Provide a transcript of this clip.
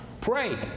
pray